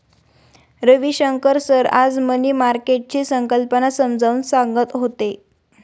Ravishankar sir आज money मार्केटची संकल्पना समजावून सांगत होते